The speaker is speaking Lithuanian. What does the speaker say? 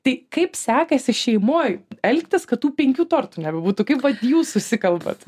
tai kaip sekasi šeimoj elgtis kad tų penkių tortų nebebūtų kaip vat jūs susikalbat